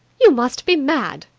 you must be mad!